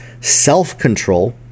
Self-control